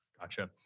Gotcha